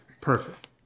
Perfect